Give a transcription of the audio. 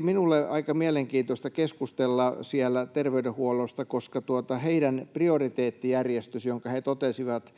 Minulle oli aika mielenkiintoista keskustella siellä terveydenhuollosta, koska heidän prioriteettijärjestyksensä, jonka he totesivat